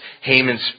Haman's